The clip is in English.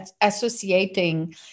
associating